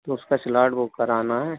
तो उसका slot book कराना हे